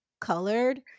colored